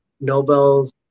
Nobel's